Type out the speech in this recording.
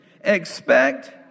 Expect